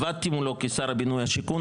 עבדתי מולו כשר הבינוי והשיכון,